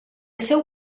seu